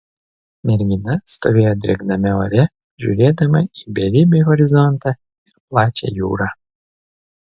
mergina stovėjo drėgname ore žiūrėdama į beribį horizontą ir plačią jūrą